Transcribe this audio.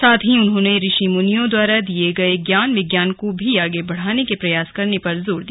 साथ ही उन्होंने ऋषि मुनियों द्वारा दिये गये ज्ञान विज्ञान को भी आगे बढ़ाने के प्रयास करने पर जोर दिया